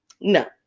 no